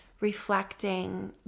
reflecting